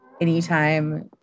anytime